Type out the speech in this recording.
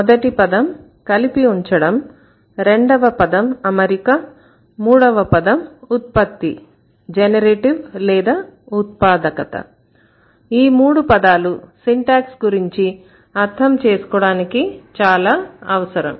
మొదటి పదం కలిపి ఉంచడం రెండవ పదం అమరిక మూడవ పదం ఉత్పత్తి లేదా ఉత్పాదకత ఈ మూడు పదాలు సింటాక్స్ గురించి అర్థం చేసుకోవడానికి చాలా అవసరం